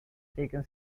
taken